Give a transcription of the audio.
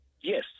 Yes